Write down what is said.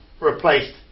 replaced